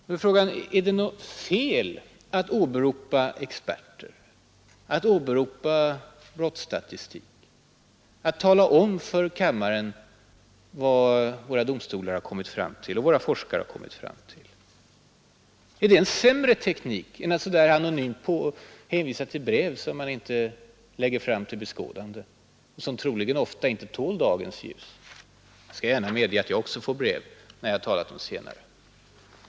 Då är frågan: Är det något fel att åberopa experter, att åberopa brottsstatistik, att tala om för kammaren vad våra domstolar och våra forskare har kommit fram till? Är det en sämre teknik än att så där anonymt hänvisa till brev som man inte lägger fram till beskådande och som troligen ofta inte tål dagens ljus? Jag skall gärna medge att jag också får brev när jag talat om zigenare.